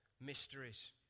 mysteries